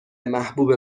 محبوب